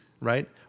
Right